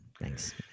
Thanks